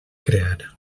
crear